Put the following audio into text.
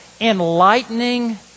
enlightening